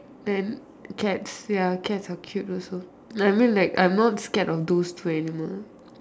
then cats ya cats are cute also I mean like I'm not scared of those two animals